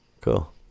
cool